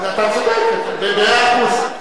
אתה צודק במאה אחוז.